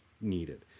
needed